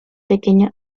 pequeño